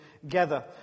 together